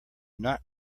not